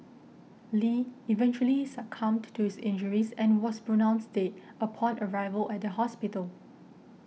Lee eventually succumbed to his injuries and was pronounced dead upon arrival at the hospital